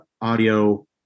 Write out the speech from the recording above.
audio